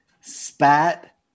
Spat